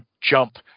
jump